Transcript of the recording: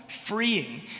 freeing